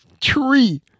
Tree